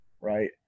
right